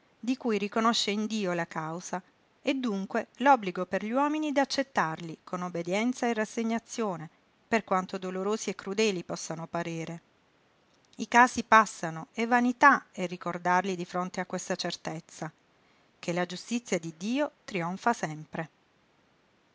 di cui riconosce in dio la causa e dunque l'obbligo per gli uomini d'accettarli con obbedienza e rassegnazione per quanto dolorosi e crudeli possano parere i casi passano e vanità è ricordarli di fronte a questa certezza che la giustizia di dio trionfa sempre